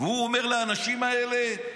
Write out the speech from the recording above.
והוא אומר לאנשים האלה: